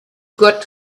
got